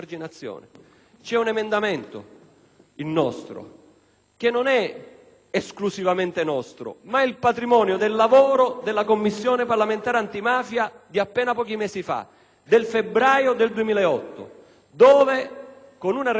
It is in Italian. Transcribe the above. il nostro - che non è esclusivamente nostro ma è patrimonio del lavoro della Commissione parlamentare antimafia di appena pochi mesi fa. Mi riferisco ad una relazione approvata